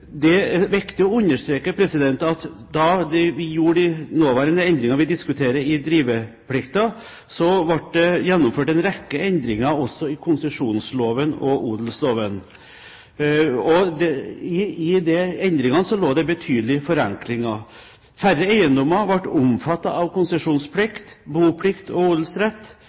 Det er viktig å understreke at da vi gjorde de nåværende endringene i driveplikten som vi diskuterer, ble det gjennomført en rekke endringer også i konsesjonsloven og odelsloven. I de endringene lå det betydelige forenklinger. Færre eiendommer ble omfattet av konsesjonsplikt, boplikt og odelsrett.